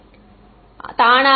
மாணவர் தானாக